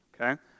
Okay